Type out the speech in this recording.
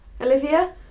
Olivia